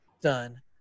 done